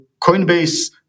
Coinbase